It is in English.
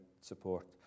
support